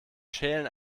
schälen